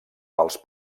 els